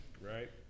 Right